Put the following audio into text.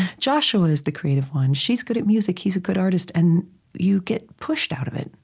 joshua is the creative one. she's good at music. he's a good artist. and you get pushed out of it,